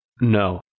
No